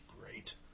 great